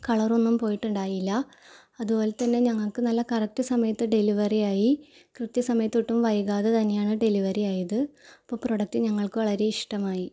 കളറൊന്നും പോയിട്ടുണ്ടായിരുന്നില്ല അത് പോലെ തന്നെ ഞങ്ങൾക്ക് നല്ല കറക്റ്റ് സമയത്ത് ഡെലിവറിയായി കൃത്യ സമയത്ത് ഒട്ടും വൈകാതെ തന്നെയാണ് ഡെലിവറിയായത് അപ്പോൾ പ്രോഡക്റ്റ് ഞങ്ങൾക്ക് വളരെ ഇഷ്ടമായി